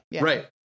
Right